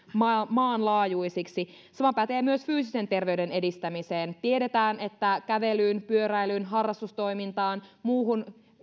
maanlaajuisiksi sama pätee myös fyysisen terveyden edistämiseen tiedetään että kävelyyn pyöräilyyn harrastustoimintaan muuhun